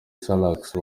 salax